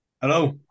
Hello